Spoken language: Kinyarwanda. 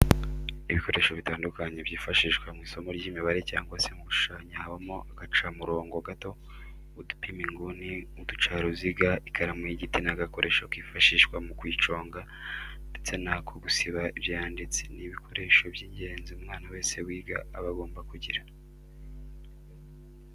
Ibikoresho bitandukanye byifashishwa mu isomo ry'imibare cyangwa se mu gushushanya habamo agacamurongo gato, udupima inguni, uducaruziga, ikaramu y'igiti n'agakoresho kifashishwa mu kuyiconga ndetse n'ako gusiba ibyo yanditse, ni ibikoresho by'ingenzi umwana wese wiga aba agomba kugira.